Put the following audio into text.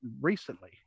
recently